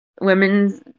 women's